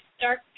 dark